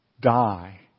die